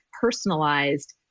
personalized